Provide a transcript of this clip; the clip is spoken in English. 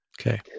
okay